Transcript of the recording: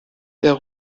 der